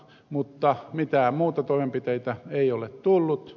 mutta mitään muita toimenpiteitä ei ole tullut